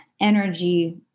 energy